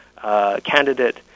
candidate